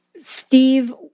Steve